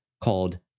called